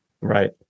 Right